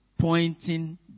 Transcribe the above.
pointing